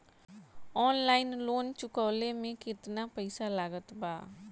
Online loan चुकवले मे केतना पईसा लागत बा?